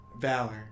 Valor